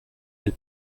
elle